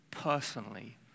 Personally